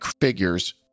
figures